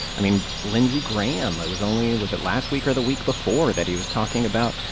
i mean, lindsey graham, it was only was it last week or the week before? that he was talking about,